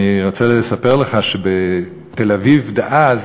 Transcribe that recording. אני רוצה לספר לך שבתל-אביב דאז